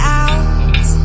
out